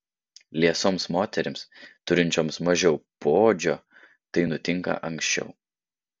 liesoms moterims turinčioms mažiau poodžio tai nutinka anksčiau